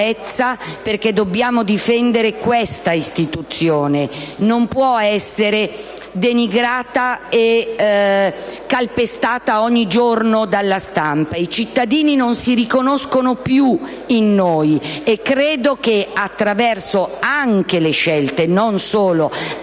perché dobbiamo difendere questa istituzione: non può essere denigrata e calpestata ogni giorno dalla stampa. I cittadini non si riconoscono più in noi e credo che anche, ma non solo,